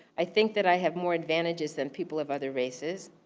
i think that i have more advantages than people of other races.